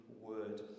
word